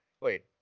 wait